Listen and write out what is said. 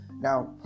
Now